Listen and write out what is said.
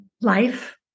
life